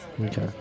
Okay